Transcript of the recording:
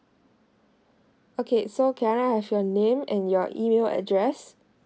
okay so can I have your name and your email address